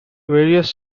various